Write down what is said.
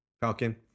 Falcon